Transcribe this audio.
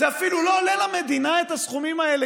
זה אפילו לא עולה למדינה את הסכומים האלה